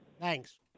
Thanks